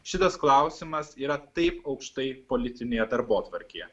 šitas klausimas yra taip aukštai politinėje darbotvarkėje